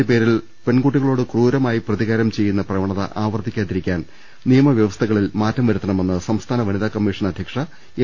പ്രണയം നിരസിക്കുന്നതിന്റെ പേരിൽ പെൺകുട്ടികളോട് ക്രൂര മായി പ്രതികാരം ചെയ്യുന്ന പ്രവണത ആവർത്തിക്കാതിരിക്കാൻ നിയമവ്യവ സ്ഥകളിൽ മാറ്റം വരുത്തണമെന്ന് സംസ്ഥാന വനിതാ കമ്മീഷൻ അധ്യക്ഷ എം